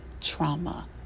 trauma